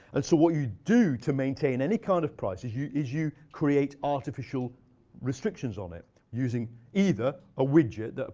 and so what you do to maintain any kind of price is you is you create artificial restrictions on it, using either a widget. ah